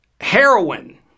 heroin